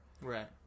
Right